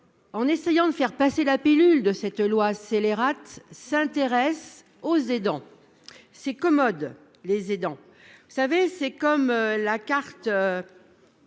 en essayant de faire passer la pilule de cette loi scélérate, s'intéresse aux aidants. C'est commode, les aidants. C'est comme la carte